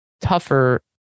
tougher